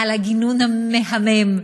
על הגינון המהמם,